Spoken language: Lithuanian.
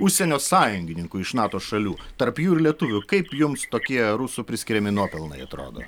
užsienio sąjungininkų iš nato šalių tarp jų ir lietuvių kaip jums tokie rusų priskiriami nuopelnai atrodo